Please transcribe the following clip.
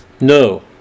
no